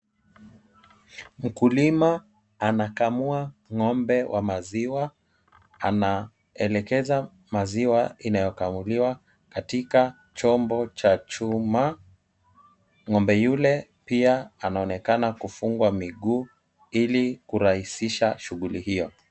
Mkulima anakamua ng'ombe wa maziwa. Anaelekeza maziwa inayokamuliwa katika chombo cha chuma. Ng'ombe yule pia anaonekana kufungwa miguu ili kurahisisha shughuli hiyo.